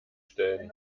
stellen